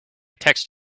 text